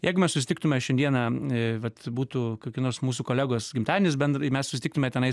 jeigu mes susitiktume šiandieną vat būtų kokia nors mūsų kolegos gimtadienis bendrai mes susitiktume tenais